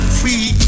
free